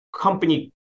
company